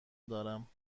دارم